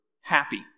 happy